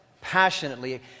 passionately